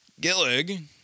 Gillig